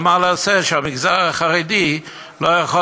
אבל מה נעשה שהמגזר החרדי לא יכול